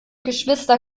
geschwister